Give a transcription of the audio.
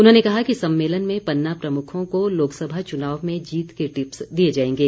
उन्होंने कहा कि सम्मेलन में पन्ना प्रमुखों को लोकसभा चुनाव में जीत के टिप्स दिए जाएंगे